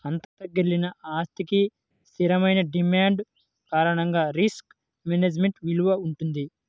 అంతర్లీన ఆస్తికి స్థిరమైన డిమాండ్ కారణంగా రిస్క్ మేనేజ్మెంట్ విలువ వుంటది